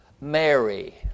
Mary